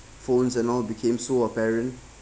phones and all became so apparent